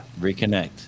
Reconnect